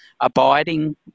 abiding